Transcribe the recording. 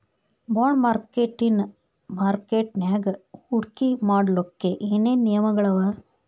Bond ಮಾರ್ಕೆಟಿನ್ ಮಾರ್ಕಟ್ಯಾಗ ಹೂಡ್ಕಿ ಮಾಡ್ಲೊಕ್ಕೆ ಏನೇನ್ ನಿಯಮಗಳವ?